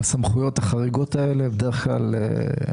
הממונים מעדיפים בדרך כלל לא להפעיל את הסמכויות החריגות האלה,